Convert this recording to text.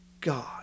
God